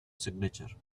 signature